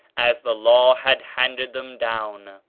as the law had handed them down.